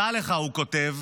דע לך, הוא כותב,